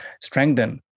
strengthen